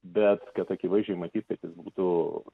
bet kad akivaizdžiai matyti kad būtų